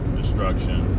destruction